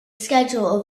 schedule